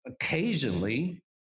occasionally